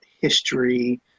history